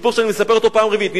זה סיפור שאני מספר אותו פעם רביעית.